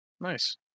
Nice